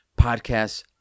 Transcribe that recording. podcasts